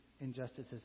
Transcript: injustices